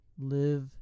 Live